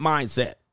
Mindset